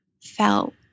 felt